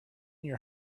your